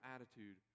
attitude